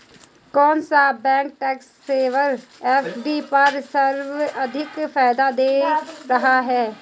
कौन सा bank tax saver FD पर सर्वाधिक फायदा दे रहा है?